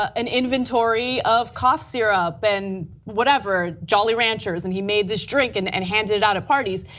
ah an inventory of cough syrup, and whatever, jolly ranchers, and he made this drink and and handed it out at parties.